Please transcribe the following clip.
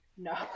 No